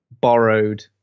borrowed